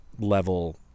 level